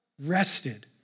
rested